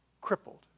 crippled